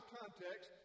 context